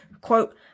quote